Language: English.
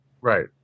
Right